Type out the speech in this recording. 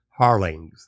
harlings